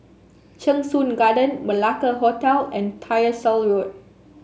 Cheng Soon Garden Malacca Hotel and Tyersall Road